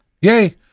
Yay